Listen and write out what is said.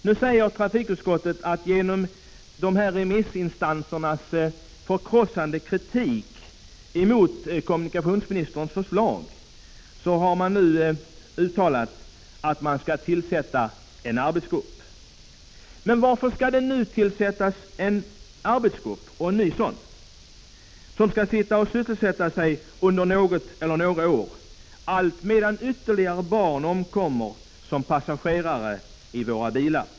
Nu har trafikutskottet uttalat att man, på grund av remissinstansernas förkrossande kritik mot kommunikationsministerns förslag, skall tillsätta en arbetsgrupp. Men varför skall det nu tillsättas en ny arbetsgrupp som skall sysselsätta sig under något eller några år; allt medan ytterligare barn omkommer som passagerare i våra bilar.